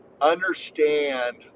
understand